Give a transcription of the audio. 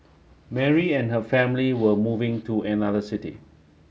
Mary and her family were moving to another city